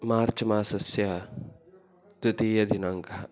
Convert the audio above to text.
मार्च् मासस्य तृतीयदिनाङ्कः